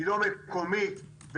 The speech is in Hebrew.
לא מקומית,